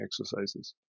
exercises